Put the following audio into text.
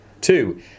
Two